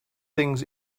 things